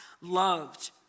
loved